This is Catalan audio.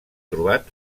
trobat